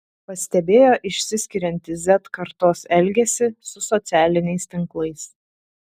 pastebėjo išsiskiriantį z kartos elgesį su socialiniais tinklais